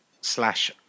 slash